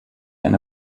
eine